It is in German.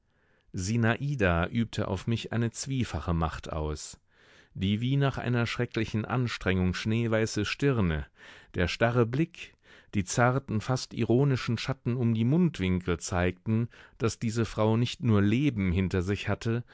sinada übte auf mich eine zwiefache macht aus die wie nach einer schrecklichen anstrengung schneeweiße stirne der starre blick die zarten fast ironischen schatten um die mundwinkel zeigten daß diese frau nicht nur leben hinter sich hatte